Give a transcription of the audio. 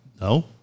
no